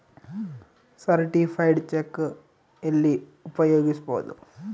Certified cheque ಎಲ್ಲಿ ಉಪಯೋಗಿಸ್ಬೋದು?